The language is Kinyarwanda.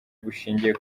bushingiye